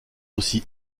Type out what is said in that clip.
aussi